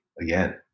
again